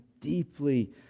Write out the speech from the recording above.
deeply